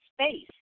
space